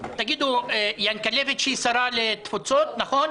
תגידו, ינקלביץ' שרה לתפוצות, נכון?